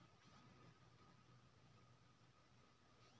फूलकोबी के उत्तम बीज की छै?